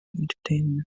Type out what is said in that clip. entertainment